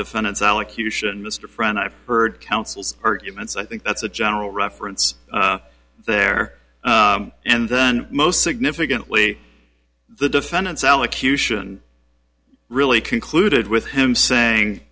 defendant's allocution mr friend i've heard counsel's arguments i think that's a general reference there and then most significantly the defendant's elocution really concluded with him saying